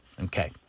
Okay